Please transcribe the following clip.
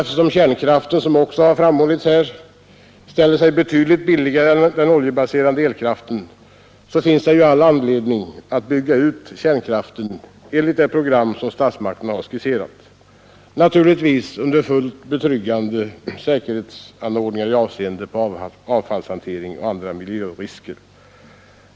Eftersom kärnkraften, såsom också framhållits här, ställer sig betydligt billigare än den oljebaserade elkraften, finns det ju all anledning att bygga ut kärnkraften enligt det program som statsmakterna har skisserat — naturligtvis under fullt betryggande säkerhetsanordningar i avseende på avfallshantering och andra miljörisker.